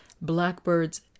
blackbirds